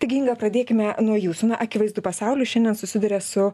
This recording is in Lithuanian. taigi inga pradėkime nuo jūsų na akivaizdu pasaulis šiandien susiduria su